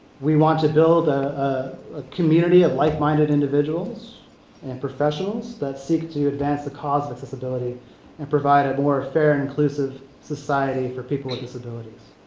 we want to build ah ah a community of like-minded individuals and professionals that seek to advance the accessibility and provide a more fair, and inclusive society for people with disabilities.